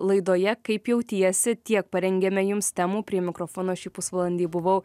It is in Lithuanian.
laidoje kaip jautiesi tiek parengėme jums temų prie mikrofono šį pusvalandį buvau